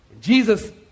Jesus